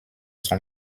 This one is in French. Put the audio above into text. son